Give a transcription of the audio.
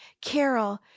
Carol